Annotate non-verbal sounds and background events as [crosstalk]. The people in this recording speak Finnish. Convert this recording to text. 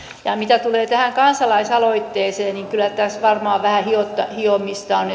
myönteinen mitä tulee tähän kansalaisaloitteeseen niin kyllä tässä varmaan vähän hiomista hiomista on [unintelligible]